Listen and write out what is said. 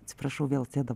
atsiprašau vėl sėda